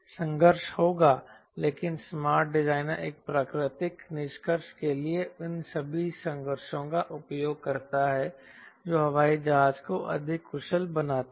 संघर्ष होगा लेकिन स्मार्ट डिजाइनर एक प्राकृतिक निष्कर्ष के लिए इन सभी संघर्षों का उपयोग करता है जो हवाई जहाज को अधिक कुशल बनाते हैं